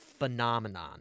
phenomenon